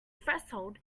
threshold